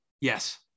Yes